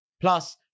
Plus